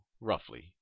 roughly